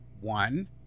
One